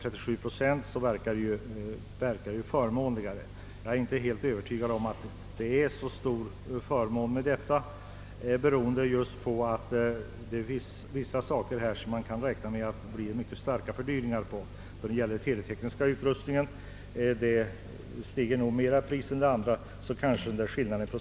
37,5 procent verkar visserligen att vara förmånligare för kommunerna, men jag är inte övertygad om att det också blir det. Priserna på t.ex. den teletekniska utrustningen kommer nog att stiga mer än andra kostnader.